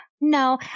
no